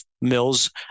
mills